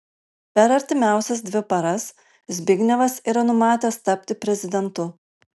per artimiausias dvi paras zbignevas yra numatęs tapti prezidentu